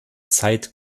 zeit